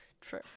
True